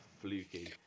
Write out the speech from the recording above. fluky